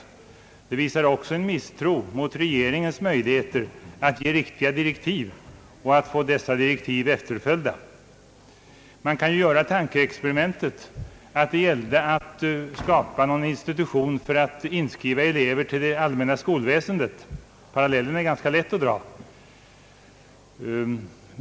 Inställningen visar också en misstro mot regeringens möjligheter att ge riktiga direktiv och att få dessa direktiv efterföljda. Man kan f.ö. göra tankeexperimentet att det gällde att skapa någon institution för att inskriva elever till det allmänna skolväsendet — parallellen är ganska lätt att dra.